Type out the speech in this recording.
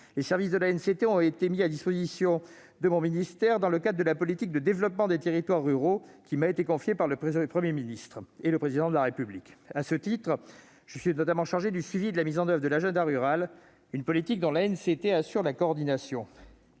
Les services de l'ANCT ont été mis à disposition de mon ministère, dans le cadre de la politique de développement des territoires ruraux, qui m'a été confiée par le Président de la République et le Premier ministre. À ce titre je suis notamment chargé du suivi de la mise en oeuvre de l'agenda rural, une politique dont l'ANCT assure la coordination.